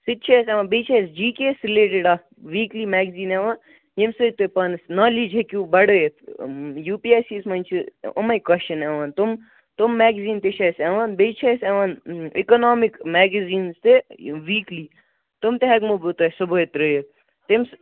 سُہ تہِ چھِ اَسہِ یِوان بییٛہِ چھِ اَسہِ جی کے ایس رِلیٚٹِڈ اکھ ویٖکلی میگزیٖن یِوان ییٚمہِ سۭتۍ تۄہہِ پانس نالیج ہیٚکِو بَڑٲوِتھ U P S C S منٛز چھُ یِمے قۄسچن یِوان تِم تِم میگزیٖن تہِ چھےٚ اَسہِ یِوان بییٛہِ چھِ اَسہِ یِوان اِکنامِک میگزیٖنز تہِ ویٖکلی تِم تہِ ہیٚکہو بہٕ تۄہہِ صُبحے ترٛٲوِتھ تِم